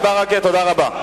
תודה רבה.